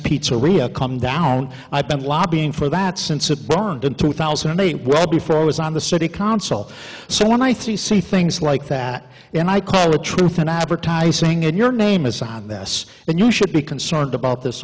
real come down i've been lobbying for that since it burned in two thousand and eight well before i was on the city council so when i see see things like that in my car a truth in advertising in your name is on this and you should be concerned about this